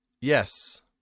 yes